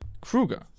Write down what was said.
Kruger